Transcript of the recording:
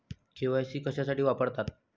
KYC कशासाठी वापरतात?